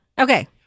Okay